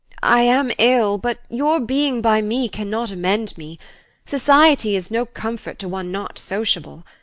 i am ill, but your being by me cannot amend me society is no comfort to one not sociable.